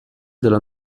della